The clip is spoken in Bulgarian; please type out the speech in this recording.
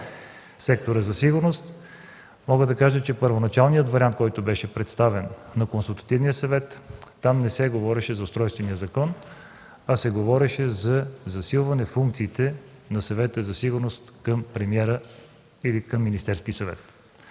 сектора за сигурност, мога да кажа, че в първоначалния вариант, който беше представен на консултативния съвет, не се говореше за устройствения закон, а се говореше за засилване функциите на Съвета за сигурност към премиера или към Министерския съвет.